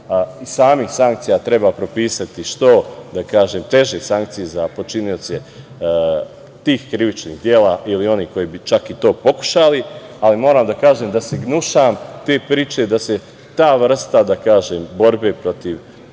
samih sankcija, treba propisati što teže sankcije za počinioce tih krivičnih dela ili onih koji bi čak i to pokušali, ali moram da kažem da se gnušam te priče da se ta vrsta borbe protiv,